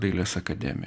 dailės akademija